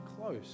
close